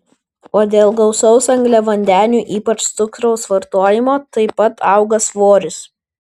o dėl gausaus angliavandenių ypač cukraus vartojimo taip pat auga svoris